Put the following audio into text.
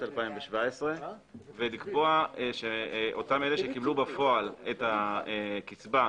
שהתקבלה ב-2017 ולקבוע שאותם אלה שקיבלו בפועל את הקצבה,